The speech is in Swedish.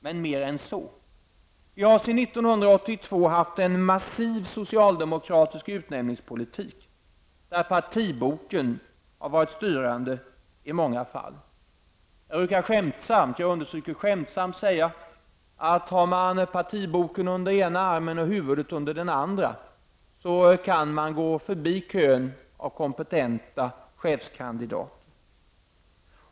Men mer än så: vi har sedan 1982 haft en massiv socialdemokratisk utnämningspolitik, där partiboken har varit styrande i många fall. Jag brukar skämtsamt -- jag vill understryka ordet skämtsamt -- säga att om man har partiboken under ena armen och huvudet under den andra, kan man gå förbi kön av kompetenta chefskandidater.